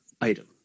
item